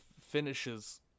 finishes